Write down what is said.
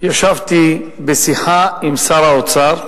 ישבתי בשיחה עם שר האוצר,